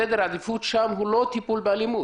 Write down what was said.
סדר עדיפות שם הוא לא טיפול באלימות.